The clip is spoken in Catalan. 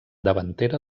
davantera